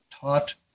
taught